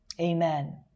amen